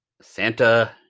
Santa